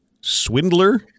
swindler